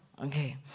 Okay